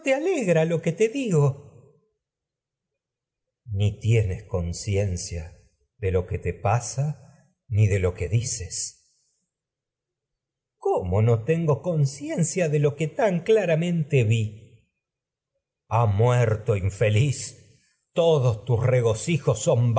alegra lo que te digo electra ni tienes conciencia de lo que te pasa ni de lo que dices no crisótemis cómo tan tengo conciencia de lo que claramente vi electra ha muerto infeliz todos tus regocijos son